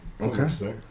Okay